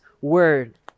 word